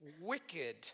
wicked